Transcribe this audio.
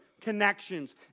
connections